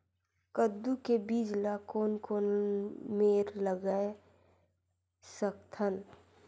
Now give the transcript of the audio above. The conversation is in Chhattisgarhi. कददू के बीज ला कोन कोन मेर लगय सकथन?